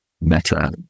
Meta